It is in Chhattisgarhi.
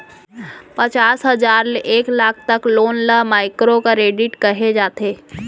पचास हजार ले एक लाख तक लोन ल माइक्रो करेडिट कहे जाथे